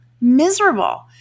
Miserable